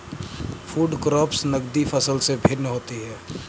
food crops नगदी फसल से भिन्न होता है